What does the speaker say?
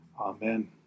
Amen